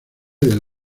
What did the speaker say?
del